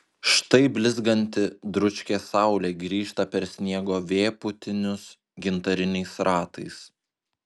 štai blizganti dručkė saulė grįžta per sniego vėpūtinius gintariniais ratais